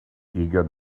eager